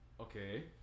Okay